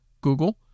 Google